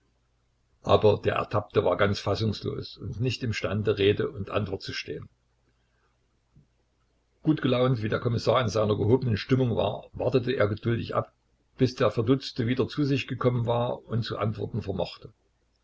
aber der ertappte war ganz fassungslos und nicht imstande rede und antwort zu stehen gutgelaunt wie der kommissar in seiner gehobenen stimmung war wartete er geduldig ab bis der verdutzte wieder zu sich gekommen war und zu antworten vermochte